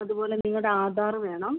അതുപോലെ നിങ്ങളുടെ ആധാർ വേണം